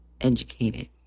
educated